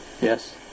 yes